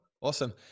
Awesome